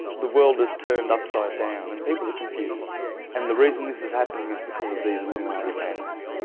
the world is turned upside down and people are confused and the reason this is happening is because of these illuminati families.